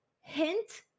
hint